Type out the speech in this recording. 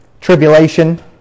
tribulation